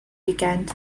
weekend